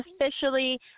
officially